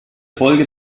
folge